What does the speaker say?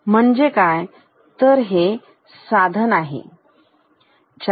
म्हणजे काय तर हे साधन 4